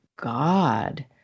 God